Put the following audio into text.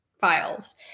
files